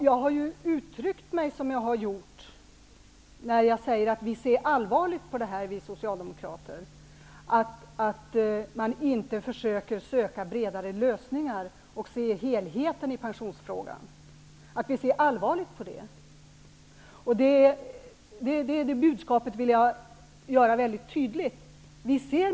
Jag har sagt att vi socialdemokrater ser allvarligt på att man inte försöker söka bredare lösningar och se helheten i pensionsfrågan. Det budskapet vill jag göra väldigt tydligt.